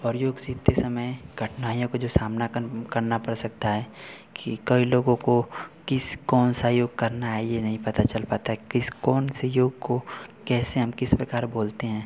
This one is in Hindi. और योग सीखते समय कठिनाईयों का जो सामना कर करना पड़ सकता है कि कई लोगों को किस कौन सा योग करना है यह नहीं पता चल पाता है किस कौन से योग को कैसे हम किस प्रकार बोलते हैं